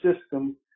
system